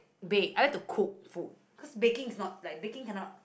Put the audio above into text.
bake I like to cook food cause baking is not like baking cannot